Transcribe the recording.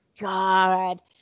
god